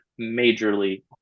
majorly